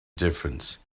difference